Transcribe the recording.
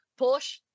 Porsche